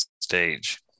stage